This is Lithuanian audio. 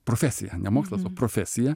profesija ne mokslas o profesija